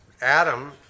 Adam